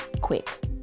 Quick